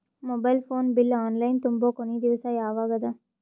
Mobile phone bill online ತುಂಬೊ ಕೊನಿ ದಿವಸ ಯಾವಗದ?